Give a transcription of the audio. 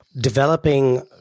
developing